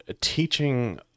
teaching